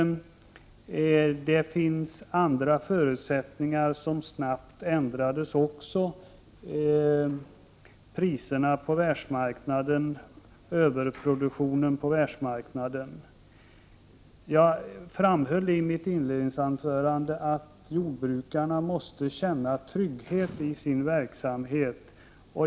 Andra förutsättningar ändrades också snabbt: priserna på världsmarknaden, överproduktionen på världsmarknaden. Jag framhöll i mitt inledningsanförande att jordbrukarna måste känna trygghet i sin verksamhet.